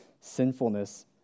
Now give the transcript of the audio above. sinfulness